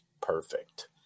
perfect